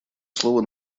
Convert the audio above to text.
слово